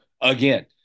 again